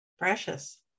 Precious